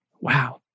Wow